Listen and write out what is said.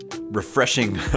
refreshing